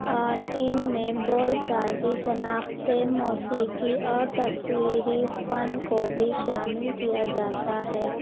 اور ان میں بول چال کی شناخت موسیقی اور تصویری فن کو بھی شامل کیا جاتا ہے